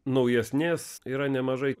naujesnės yra nemažai